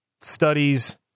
studies